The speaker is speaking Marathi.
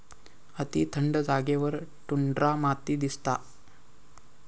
अती थंड जागेवर टुंड्रा माती दिसता